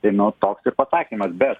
tai nu toks ir pasakymas bet